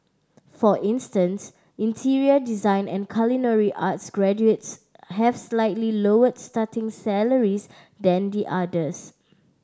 for instance interior design and culinary arts graduates have slightly lower starting salaries than the others